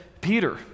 Peter